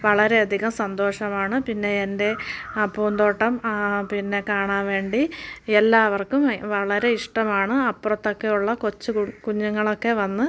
വളരെയധികം സന്തോഷമാണ് പിന്നെ എൻ്റെ ആ പൂന്തോട്ടം പിന്നെ കാണാൻ വേണ്ടി എല്ലാവർക്കും വളരെ ഇഷ്ടമാണ് അപ്പുറത്തൊക്കെ ഉള്ള കൊച്ചു കുഞ്ഞുങ്ങളൊക്കെ വന്ന്